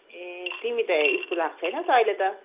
ए तिमी त स्कुल आएको छैनौ त अहिले त